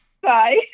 Bye